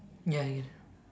ya I get it